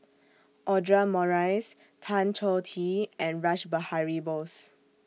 Audra Morrice Tan Choh Tee and Rash Behari Bose